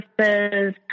services